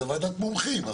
זו ועדת מומחים.